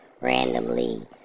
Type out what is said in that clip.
randomly